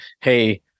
Hey